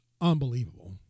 unbelievable